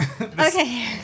Okay